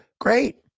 Great